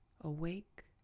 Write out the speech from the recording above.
awake